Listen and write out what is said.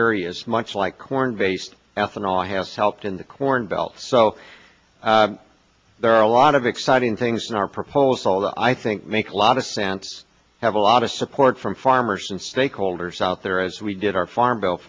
areas much like corn based ethanol has helped in the corn belt so there are a lot of exciting things in our proposal although i think make a lot of sense have a lot of support from farmers and stakeholders out there as we did our farm